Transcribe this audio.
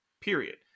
period